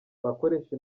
bakoresha